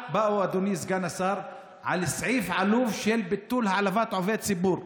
אדוני סגן השר בגלל סעיף עלוב של ביטול העלבת עובד ציבור.